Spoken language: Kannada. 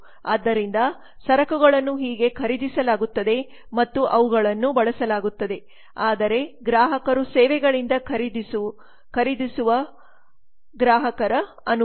ಆದ್ದರಿಂದ ಸರಕುಗಳನ್ನು ಹೀಗೆ ಖರೀದಿಸಲಾಗುತ್ತದೆ ಮತ್ತು ಅವುಗಳನ್ನು ಬಳಸಲಾಗುತ್ತದೆ ಆದರೆ ಗ್ರಾಹಕರು ಸೇವೆಗಳಿಂದ ಖರೀದಿಸುವ ಗ್ರಾಹಕರು ಅನುಭವ